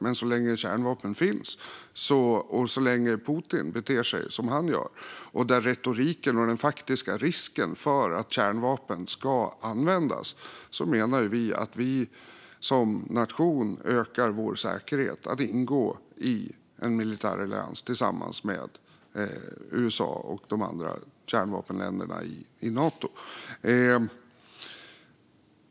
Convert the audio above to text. Men så länge kärnvapen finns, så länge Putin beter sig som han gör och så länge retoriken om och den faktiska risken finns att kärnvapen ska användas menar vi att Sveriges säkerhet ökar genom att ingå i en militärallians tillsammans med USA och de andra kärnvapenländerna i Nato.